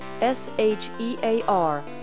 S-H-E-A-R